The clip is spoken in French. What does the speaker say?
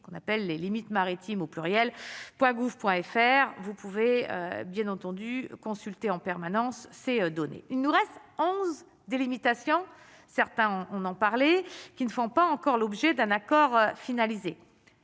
qu'on appelle les limites maritimes au pluriel, point gouv point FR, vous pouvez bien entendu consulté en permanence ces données, il nous reste 11 des limitations certains on en parlait, qui ne font pas encore l'objet d'un accord finalisé